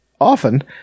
often